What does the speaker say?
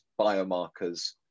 biomarkers